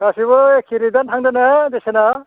गासिबो एके रेदानो थांगोन ना बेसेना